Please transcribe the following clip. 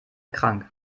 krank